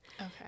Okay